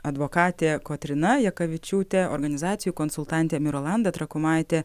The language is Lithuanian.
advokatė kotryna jakavičiūtė organizacijų konsultantė mirolanda trakumaitė